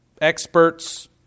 experts